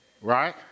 right